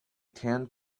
tan